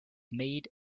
made